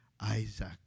Isaac